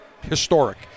historic